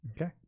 Okay